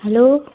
hello